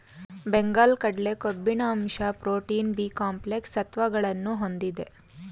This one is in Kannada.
ಬೆಂಗಲ್ ಕಡಲೆ ಕೊಬ್ಬಿನ ಅಂಶ ಪ್ರೋಟೀನ್, ಬಿ ಕಾಂಪ್ಲೆಕ್ಸ್ ಸತ್ವಗಳನ್ನು ಹೊಂದಿದೆ